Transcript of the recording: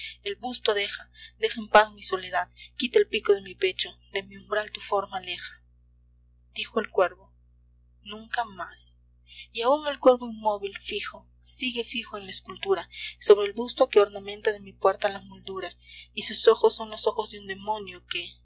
el busto deja deja en paz mi soledad quita el pico de mi pecho de mi umbral tu forma aleja dijo el cuervo nunca más y aun el cuervo inmóvil fijo sigue fijo en la escultura sobre el busto que ornamenta de mi puerta la moldura y sus ojos son los ojos de un demonio que